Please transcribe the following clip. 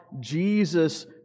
Jesus